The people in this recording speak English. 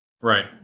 Right